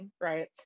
Right